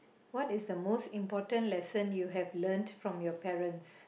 what is the most important lesson you have learnt from your parents